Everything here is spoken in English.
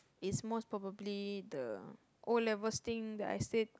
is most probably the O-levels thing that I said